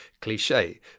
cliche